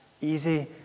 easy